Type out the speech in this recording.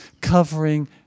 covering